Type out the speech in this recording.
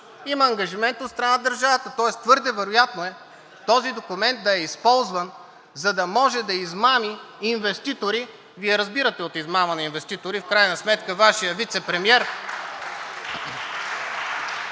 има ангажимент от страна на държавата. Тоест твърде вероятно е този документ да е използван, за да може да измами инвеститори – Вие разбирате от измама на инвеститори, в крайна сметка Вашият вицепремиер